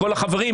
כל החברים,